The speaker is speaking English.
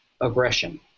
aggression